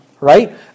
right